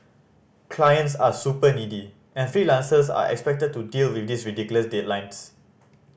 clients are super needy and freelancers are expected to deal with ridiculous deadlines